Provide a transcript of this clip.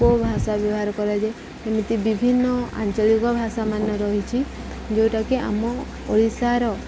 ଭାଷା ବ୍ୟବହାର କରାଯାଏ ଏମିତି ବିଭିନ୍ନ ଆଞ୍ଚଳିକ ଭାଷାମାନ ରହିଛି ଯେଉଁଟାକି ଆମ ଓଡ଼ିଶାର